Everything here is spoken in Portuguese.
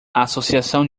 associação